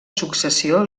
successió